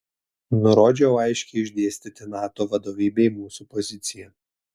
nurodžiau aiškiai išdėstyti nato vadovybei mūsų poziciją